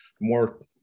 more